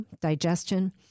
digestion